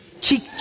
cheek